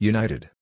United